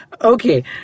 Okay